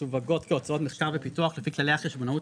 המסווגות כהוצאות מחקר ופיתוח לפי כללי החשבונאות